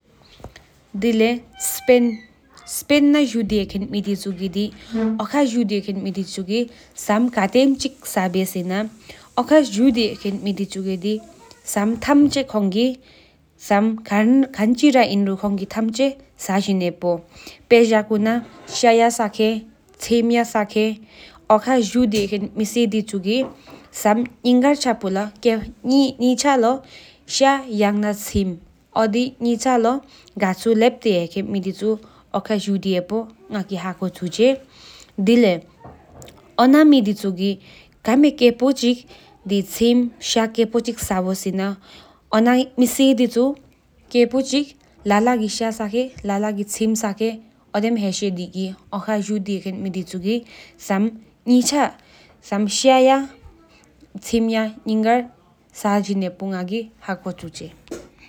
སྤིན་ན་ཧེཀེན་མེ་དེ་ཆུ་གི་སམ་ཁ་ཏེམ་ཅི་ཁོང་གི་ཁེཔོ་ས་བེ་སེ་ན་སྤིན་ན་ཧེཀེན་མེ་དེ་ཆུ་གི་སམ་ཐམ་ཆེས་ས་ཁེན་བེས་པར་ན་ཤ་ཆིམ་འོ་དེམ་ཐམ་ཆེས་ས་ཁེན་འོ་ན་མེ་དེ་ཆུ་གི་སམ་ངེ་གར་ལོ་དན་ད་ས་ཁེན་མེ་འོ་དེམ་ཅི་ཧེ་པོ་ང་གི་ཧ་ཁོ་ཆུང་ཆེ། དེ་ལེ་ཡོ་ན་མེ་དེ་ཆུ་གི་ཆིམ་ཤ་ཁན་པེས་ཁེཔོ་ས་བོ་སེ་ན་ཡོ་ན་གི་མེ་དེ་ཆུ་ཕེ་ཁ་ཤ་ས་ཁན་པེ་ཁ་ཆིམ་ས་ཁེན་དན་ད་ཧེ་ཤེས་དི་འོ་ཁའི་མེ་སི་དེ་ཆུ་སམ་ནེ་ཆ་ལོ་ལེཐ་པི་ག་ཆོ་ཧེ་པི་གཡུམ་ཆེན་དེ་དེ་བེ།